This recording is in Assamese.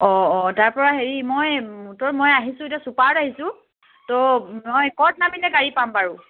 অঁ অঁ তাৰপৰা হেৰি মই তো মই আহিছোঁ এতিয়া চুপাৰত আহিছোঁ তো মই ক'ত নামিলে গাড়ী পাম বাৰু